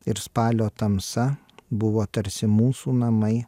ir spalio tamsa buvo tarsi mūsų namai